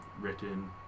written